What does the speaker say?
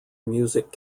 music